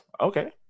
Okay